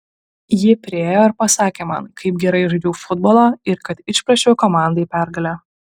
ji priėjo ir pasakė man kaip gerai žaidžiau futbolą ir kad išplėšiau komandai pergalę